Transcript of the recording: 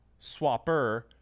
swapper